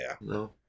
no